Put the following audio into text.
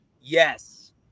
Yes